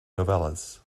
novellas